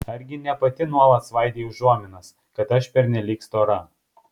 argi ne pati nuolat svaidei užuominas kad aš pernelyg stora